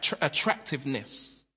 attractiveness